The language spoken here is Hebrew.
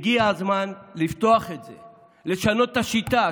הגיע הזמן לפתוח את זה ולשנות את השיטה.